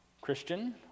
Christian